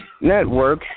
network